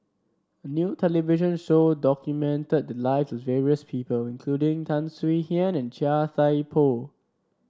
a new television show documented the lives of various people including Tan Swie Hian and Chia Thye Poh